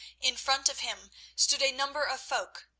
in front of him stood a number of folk,